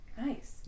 Nice